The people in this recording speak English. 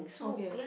okay